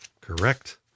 Correct